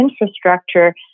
infrastructure